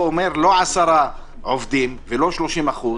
מוסיפים מקומות מאותו סוג או דברים חיוניים.